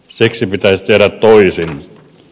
siksi pitäisi tehdä toisin